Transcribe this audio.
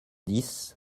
dix